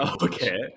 Okay